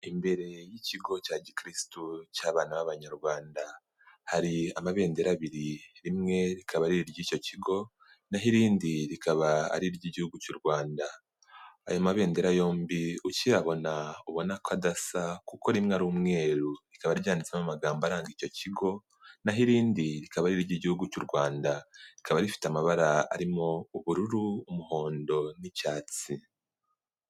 Imbere y'ikigo cya gikirisitu cy'abana b'abanyarwanda. Hari amabendera abiri rimwe rikaba ari iry'icyo kigo, na ho irindi rikaba ari iry'igihugu cy'u Rwanda. Ayo mabendera yombi ukiyabona, ubona ko adasa kuko rimwe ari umweru, rikaba ryanditsemo amagambo aranga icyo kigo, na ho irindi rikaba ari iry'igihugu cy'u Rwanda, rikaba rifite amabara arimo ubururu, umuhondo n'icyatsi.